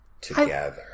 together